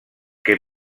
què